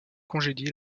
congédié